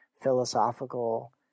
philosophical